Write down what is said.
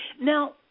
Now